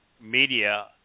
media